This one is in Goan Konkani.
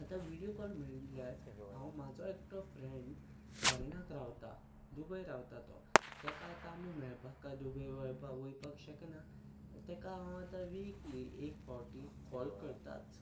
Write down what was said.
आतां व्हिडियो कॉल म्हणल्यार हांव म्हाजो एकटो फ्रेंड फॉरेनाक रावता दुबय रावता तो तेका आतां आमी मेळपाक दुबय वयपाक शकना तेका हांव आतां विकली एक फावटी कॉल करताच